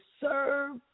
serve